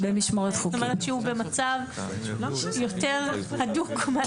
זאת אומרת שהוא במצב יותר הדוק.